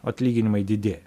atlyginimai didėja